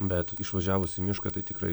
bet išvažiavus į mišką tai tikrai